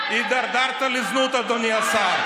הידרדרת לזנות, אדוני השר.